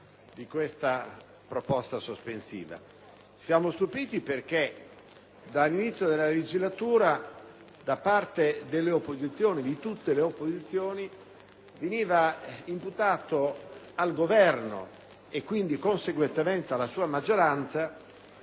siamo stupiti perché dall'inizio della legislatura da parte di tutte le opposizioni è stato imputato al Governo, quindi conseguentemente alla sua maggioranza,